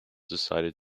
decided